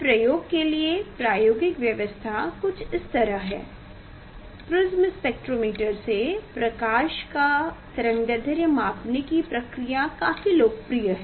इस प्रयोग के लिए प्रायोगिक व्यवस्था कुछ इस तरह है प्रिज्म स्पेक्ट्रोमीटर से प्रकाश का तरंगदैर्ध्य मापने की प्रक्रिया काफी लोकप्रिय है